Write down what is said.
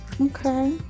okay